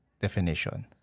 definition